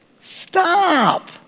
Stop